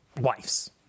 wives